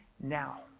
now